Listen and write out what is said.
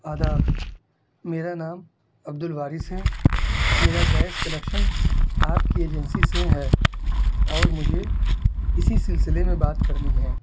آداب میرا نام عبدالوارث ہے میرا گیس کنیکشن آپ کی ایجنسی سے ہے اور مجھے اسی سلسلے میں بات کرنی ہے